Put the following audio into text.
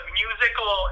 musical